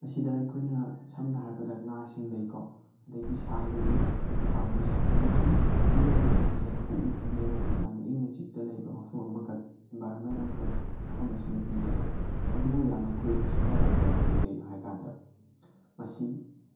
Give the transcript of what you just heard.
ꯃꯁꯤꯗ ꯑꯩꯈꯣꯏꯅ ꯁꯝꯅ ꯍꯥꯏꯔꯕꯗ ꯉꯥꯁꯤꯡ ꯂꯩꯀꯣ ꯑꯗꯒꯤ ꯁꯥ ꯌꯣꯛꯏ ꯑꯗꯒꯤ ꯄꯥꯝꯕꯤꯁꯤꯡ ꯑꯃꯁꯨꯡ ꯃꯤꯑꯣꯏꯕꯅ ꯍꯦꯟꯅ ꯄꯨꯛꯅꯤꯡ ꯍꯨꯅꯤꯡꯉꯥꯏ ꯑꯣꯏꯕ ꯌꯥꯝꯅ ꯏꯪꯅ ꯆꯤꯛꯅ ꯂꯩꯕ ꯃꯐꯝ ꯑꯃꯈꯛ ꯏꯟꯕꯥꯏꯔꯣꯟꯃꯦꯟ ꯑꯃꯈꯛ ꯃꯐꯝ ꯑꯁꯤꯅ ꯄꯤꯑꯦꯕ ꯑꯗꯨꯕꯨ ꯌꯥꯝꯅ ꯈꯨꯗꯣꯡ ꯊꯤꯅꯤꯡꯉꯥꯏ ꯑꯣꯏꯕ ꯑꯃꯗꯤ ꯀꯔꯤꯅꯣ ꯍꯥꯏ ꯀꯥꯟꯗ ꯃꯁꯤ